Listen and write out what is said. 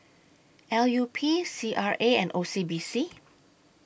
L U P C R A and O C B C